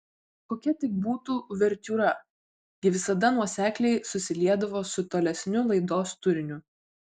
kokia tik būtų uvertiūra ji visada nuosekliai susiliedavo su tolesniu laidos turiniu